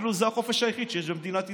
כאילו זה החופש היחיד שיש במדינת ישראל.